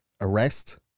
arrest